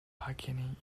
bargaining